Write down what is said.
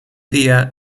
día